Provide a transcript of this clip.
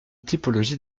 typologies